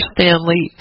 Stanley